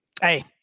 Hey